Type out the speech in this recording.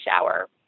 shower